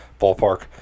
ballpark